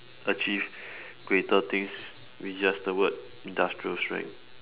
achieve greater things with just the word industrial strength